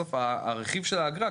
בסוף הרכיב של האגרה,